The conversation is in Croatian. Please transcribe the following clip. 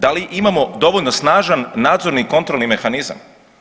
Da li imamo dovoljno snažan nadzorni kontrolni mehanizam?